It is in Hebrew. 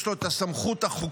יש לו את הסמכות החוקית